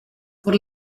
por